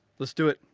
let's do it.